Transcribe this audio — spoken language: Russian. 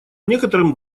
некоторым